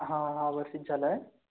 हां ह्यावर्षीच झालंय